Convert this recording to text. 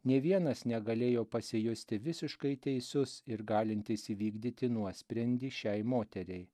nė vienas negalėjo pasijusti visiškai teisus ir galintis įvykdyti nuosprendį šiai moteriai